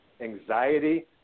anxiety